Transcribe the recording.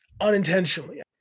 unintentionally